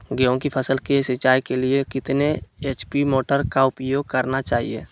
गेंहू की फसल के सिंचाई के लिए कितने एच.पी मोटर का उपयोग करना चाहिए?